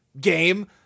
game